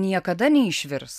niekada neišvirs